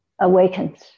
awakens